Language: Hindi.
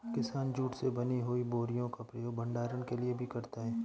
किसान जूट से बनी हुई बोरियों का प्रयोग भंडारण के लिए भी करता है